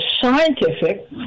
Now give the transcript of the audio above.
scientific